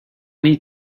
need